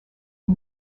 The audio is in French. est